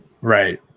right